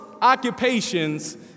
occupations